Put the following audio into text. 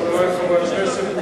חברי חברי הכנסת,